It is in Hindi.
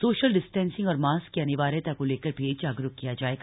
सोशल डिस्टेंसिंग और मास्क की अनिवार्यता को लेकर भी जागरूक किया जाएगा